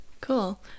Cool